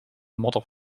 modder